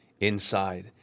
inside